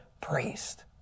priest